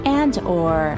and/or